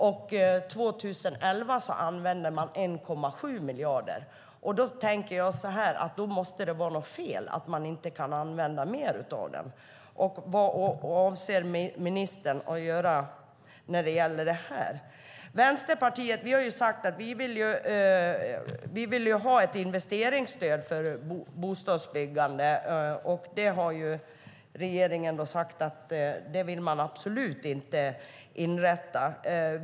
År 2011 använde man 1,7 miljarder. Då tänker jag att det måste vara något fel när man inte kan använda mer av den. Vad avser ministern att göra när det gäller det här? Vi i Vänsterpartiet har sagt att vi vill ha ett investeringsstöd för bostadsbyggande. Regeringen har sagt att man absolut inte vill inrätta något sådant.